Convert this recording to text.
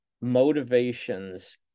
motivations